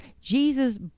Jesus